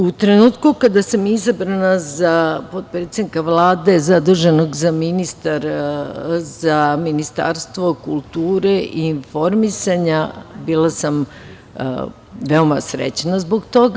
U trenutku kada sam izabrana za potpredsednika Vlade zaduženog za Ministarstvo kulture i informisanja, bila sam veoma srećna zbog toga.